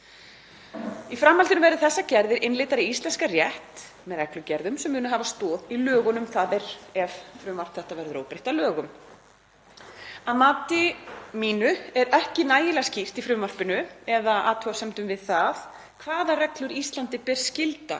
Í framhaldinu verði þessar gerðir innleiddar í íslenskan rétt með reglugerðum sem munu hafa stoð í lögunum, þ.e. ef frumvarpið verður óbreytt að lögum. Að mínu mati er ekki nægilega skýrt í frumvarpinu eða athugasemdum við það hvaða reglur Íslandi ber skylda